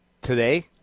today